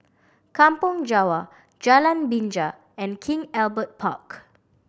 Kampong Java Jalan Binja and King Albert Park